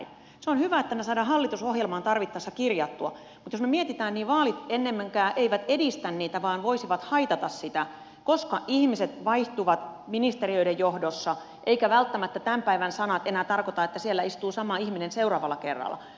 se on hyvä että me saamme hallitusohjelmaan tarvittaessa kirjattua mutta jos me mietimme niin vaalit ennemminkään eivät edistä vaan voisivat haitata sitä koska ihmiset vaihtuvat ministeriöiden johdossa eivätkä välttämättä tämän päivän sanat enää tarkoita että siellä istuu sama ihminen seuraavalla kerralla